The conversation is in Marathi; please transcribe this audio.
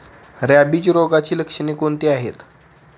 रॅबिज रोगाची लक्षणे कोणती आहेत?